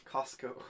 Costco